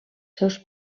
seus